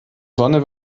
sonne